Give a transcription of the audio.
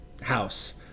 house